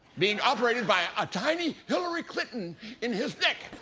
being operated by a tiny hillary clinton in his neck.